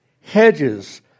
Hedges